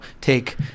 take